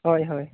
ᱦᱳᱭ ᱦᱳᱭ